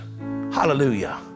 Hallelujah